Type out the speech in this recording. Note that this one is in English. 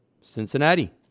Cincinnati